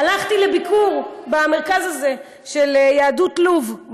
הלכתי לביקור במרכז הזה של יהדות לוב,